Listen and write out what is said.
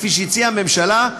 כפי שהציעה הממשלה,